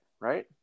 right